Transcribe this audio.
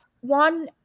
one